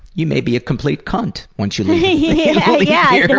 you may be a complete cunt when you leave here, yeah yeah yeah